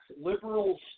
Liberals